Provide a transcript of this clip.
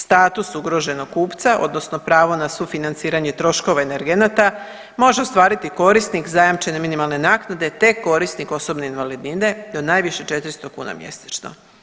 Status ugroženog kupca odnosno pravo na sufinanciranje troškova energenata može ostvariti korisnik zajamčene minimalne naknade, te korisnik osobne invalidnine do najviše 400 kuna mjesečno.